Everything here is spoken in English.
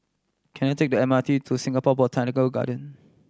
can I take the M R T to Singapore Botanic Garden